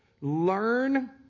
Learn